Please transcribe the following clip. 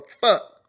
fuck